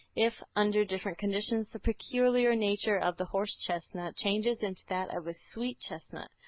if, under different conditions, the peculiar nature of the horse-chestnut changes into that of a sweet chestnut,